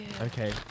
Okay